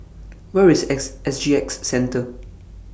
Where IS S S G X Centre